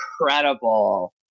incredible